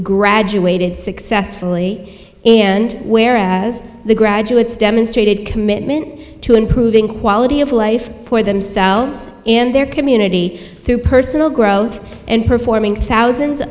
graduated successfully and where as the graduates demonstrated commitment to improving quality of life for themselves in their community through personal growth and performing thousands